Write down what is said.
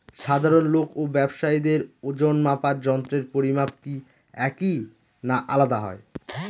সাধারণ লোক ও ব্যাবসায়ীদের ওজনমাপার যন্ত্রের পরিমাপ কি একই না আলাদা হয়?